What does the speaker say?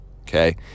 okay